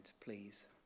please